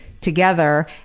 together